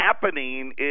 happening